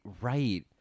right